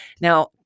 Now